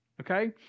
Okay